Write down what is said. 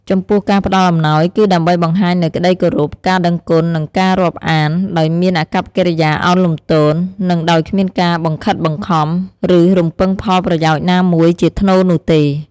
ចំពោះការផ្ដល់អំណោយគឺដើម្បីបង្ហាញនូវ ក្តីគោរព ការដឹងគុណ និងការរាប់អាន ដោយមានអាកប្បកិរិយាឱនលំទោន និងដោយគ្មានការបង្ខិតបង្ខំ ឬរំពឹងផលប្រយោជន៍ណាមួយជាថ្នូរនោះទេ។